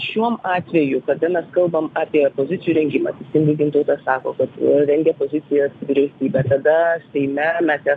šiuom atveju kada mes kalbam apie pozicijų rengimą teisingai gintautas sako kad rengia pozicijas vyriausybė tada seime mes jas